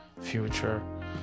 future